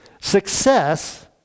Success